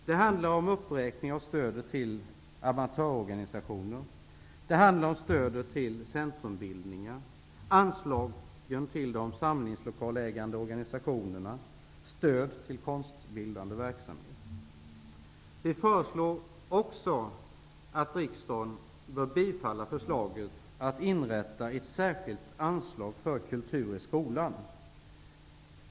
Det handlar om uppräkning av stödet till amatörorganisationer, om stödet till centrumbildningar, om anslagen till de samlingslokalägande organisationerna och om stöd till konstbildande verksamhet. Vi föreslår också att riksdagen bör bifalla förslaget att inrätta ett särskilt anslag för kultur i skolan.